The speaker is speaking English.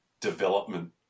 development